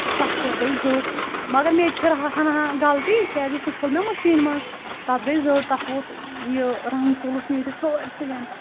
تہٕ تَتھ کیاہ گٔے زٔٹۍ مگر مےٚ تہِ چھِ ہَنا غَلطی کیازکہِ سُہ چھوٚل مےٚ مِشیٖن منٛز تَتھ گٔے زٔٹۍ تَتھ ووٚتھ یہِ رنٛگ ژوٚلُس نیٖرِتھ سٲرسِٕے